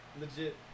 legit